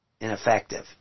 ineffective